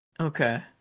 Okay